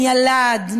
ילד,